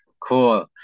cool